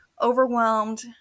overwhelmed